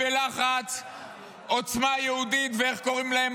בלחץ עוצמה יהודית ואיך קוראים להם,